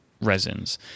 resins